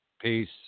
Peace